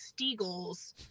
Steagles